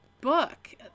book